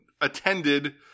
attended